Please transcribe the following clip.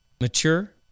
mature